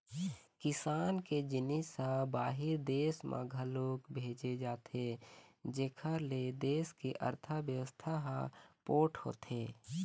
किसान के जिनिस ह बाहिर देस म घलोक भेजे जाथे जेखर ले देस के अर्थबेवस्था ह पोठ होथे